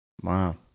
Wow